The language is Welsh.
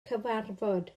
cyfarfod